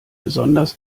besonders